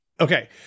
Okay